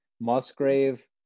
musgrave